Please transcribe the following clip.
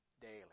daily